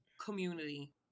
community